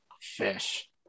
Fish